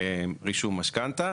רישום משכנתא.